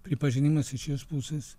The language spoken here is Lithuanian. pripažinimas iš jos pusės